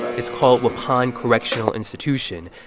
it's called waupun correctional institution.